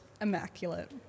immaculate